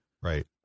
Right